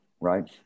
right